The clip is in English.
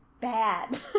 bad